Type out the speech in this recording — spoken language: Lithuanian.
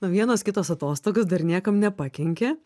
na vienos kitos atostogos dar niekam nepakenkė